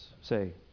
say